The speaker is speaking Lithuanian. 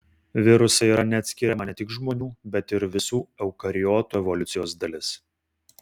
virusai yra neatskiriama ne tik žmonių bet ir visų eukariotų evoliucijos dalis